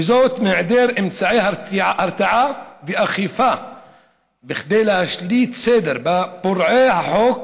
וזאת בהיעדר אמצעי הרתעה ואכיפה כדי להשליט סדר בפורעי החוק